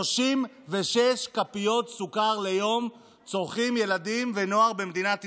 36 כפיות סוכר ליום צורכים ילדים ונוער במדינת ישראל.